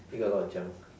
you got a lot of junk